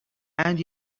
and